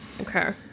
Okay